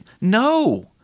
no